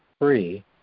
free